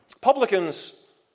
Publicans